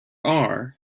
are